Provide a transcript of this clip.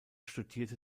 studierte